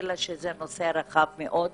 מלכתחילה שזה נושא רחב מאד